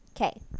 Okay